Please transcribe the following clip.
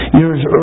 years